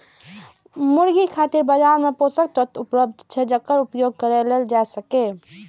मुर्गी खातिर बाजार मे पोषक तत्व उपलब्ध छै, जेकर उपयोग कैल जा सकैए